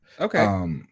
Okay